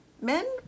Men